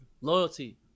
loyalty